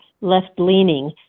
Left-leaning